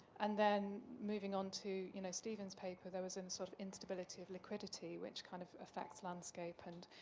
and then moving on to you know stephen's paper there was an sort of instability of liquidity which kind of effects landscape and,